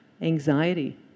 anxiety